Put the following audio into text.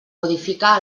modificar